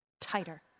Tighter